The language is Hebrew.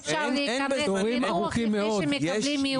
אי אפשר לקבל ניתוח לפני שמקבלים ייעוץ.